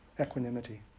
equanimity